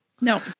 No